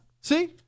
See